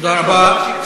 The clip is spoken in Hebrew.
תודה רבה.